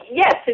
yes